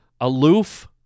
aloof